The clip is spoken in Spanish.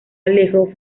alejo